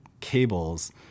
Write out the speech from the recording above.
cables